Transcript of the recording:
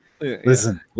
listen